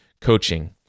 coaching